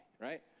right